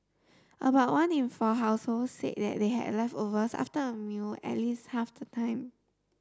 about one in four households said they had leftovers after a meal at least half the time